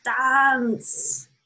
dance